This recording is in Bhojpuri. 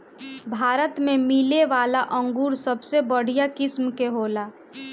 भारत में मिलेवाला अंगूर सबसे बढ़िया किस्म के होला